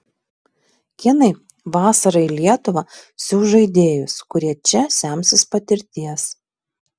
kinai vasarą į lietuvą siųs žaidėjus kurie čia semsis patirties